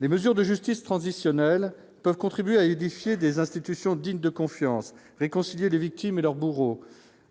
Des mesures de justice transitionnelle peuvent contribuer à édifier des institutions dignes de confiance, réconcilier les victimes et leurs bourreaux,